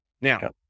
Now